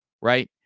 right